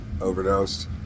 overdosed